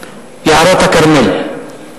יערות הכרמל.